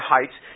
Heights